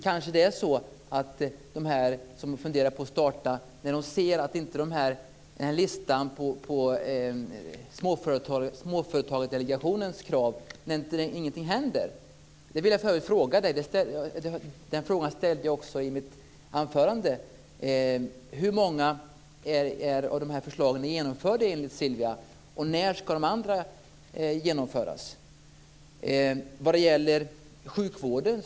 Kanske de som funderar på att starta tvekar när de ser listan på Småföretagsdelegationens krav och ingenting händer. Jag ställde också frågan i mitt anförande. Hur många av dessa förslag är genomförda, Sylvia Lindgren, och när ska de andra genomföras? Vi har för lite personal i sjukvården.